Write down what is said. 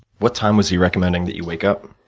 what time was he recommending that you wake up?